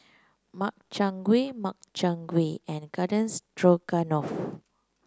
Makchang Gui Makchang Gui and Garden Stroganoff